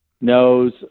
knows